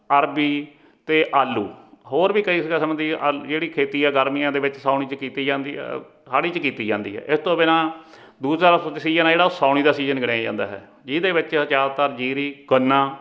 ਅਰਬੀ ਅਤੇ ਆਲੂ ਹੋਰ ਵੀ ਕਈ ਕਿਸਮ ਦੀ ਅਲ ਜਿਹੜੀ ਖੇਤੀ ਆ ਗਰਮੀਆਂ ਦੇ ਵਿੱਚ ਸਾਉਣੀ 'ਚ ਕੀਤੀ ਜਾਂਦੀ ਅ ਹਾੜ੍ਹੀ 'ਚ ਕੀਤੀ ਜਾਂਦੀ ਹੈ ਇਸ ਤੋਂ ਬਿਨਾਂ ਦੂਸਰਾ ਸੀਜ਼ਨ ਆ ਜਿਹੜਾ ਉਹ ਸਾਉਣੀ ਦਾ ਸੀਜ਼ਨ ਗਿਣਿਆ ਜਾਂਦਾ ਹੈ ਜਿਹਦੇ ਵਿੱਚ ਜ਼ਿਆਦਾਤਰ ਜੀਰੀ ਗੰਨਾ